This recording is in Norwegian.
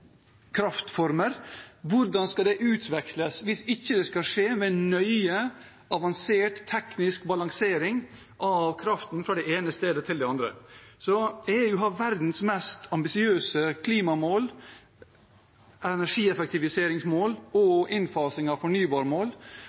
kraftformer, hvordan skal det utveksles hvis det ikke skal skje ved nøye, avansert, teknisk balansering av kraften fra det ene stedet til det andre? EU har verdens mest ambisiøse klimamål, energieffektiviseringsmål og